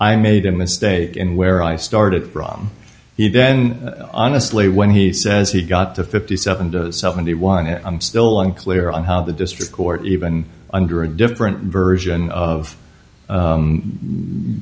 i made a mistake in where i started wrong he then honestly when he says he got to fifty seven to seventy one and i'm still unclear on how the district court even under a different version of